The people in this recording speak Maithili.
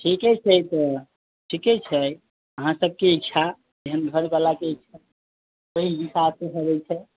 ठीके छै तऽ ठीके छै अहाॅंसबके इच्छा जेहन घरबलाके इच्छा ओहि हिसाबसे चलै छै